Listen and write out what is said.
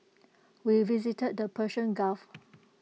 we visited the Persian gulf